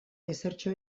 ezertxo